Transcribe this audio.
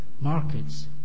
markets